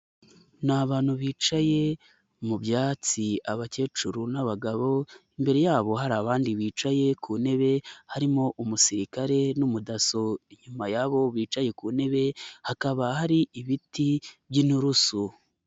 Ni abantu bicaye mu byatsi abakecuru n'abagabo, imbere yabo hari abandi bicaye ku ntebe harimo umusirikare n'umudaso, inyuma ya bo bicaye ku ntebe hakaba hari ibiti by'inturusu.